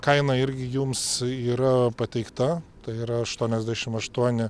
kaina irgi jums yra pateikta tai yra aštuoniasdešim aštuoni